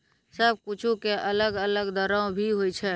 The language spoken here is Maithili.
सब कुछु के अलग अलग दरो भी होवै छै